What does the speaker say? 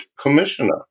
commissioner